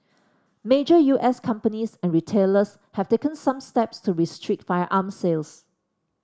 major U S companies and retailers have taken some steps to restrict firearm sales